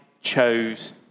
chose